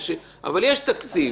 אבל יש תקציב